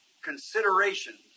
consideration